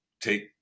take